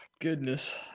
goodness